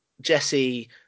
Jesse